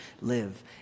live